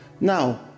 Now